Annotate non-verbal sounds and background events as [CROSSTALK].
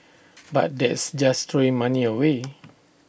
[NOISE] but that's just throwing money away [NOISE]